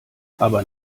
aber